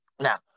Now